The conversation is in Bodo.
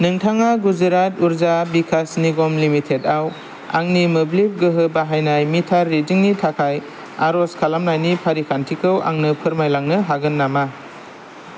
नोंथाङा गुजरात उर्जा बिकास निगम लिमिटेडआव आंनि मोब्लिब गोहो बाहायनाय मिटार रिदिंनि थाखाय आर'ज खालामनायनि फारिखान्थिखौ आंनो फोरमायलांनो हागोन नामा